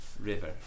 River